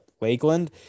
Lakeland